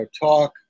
talk